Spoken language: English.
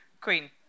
queen